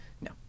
No